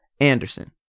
Anderson